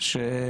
חייבים לשבת ליד